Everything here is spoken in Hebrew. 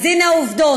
אז הנה העובדות: